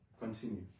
Continue